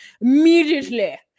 Immediately